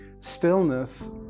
Stillness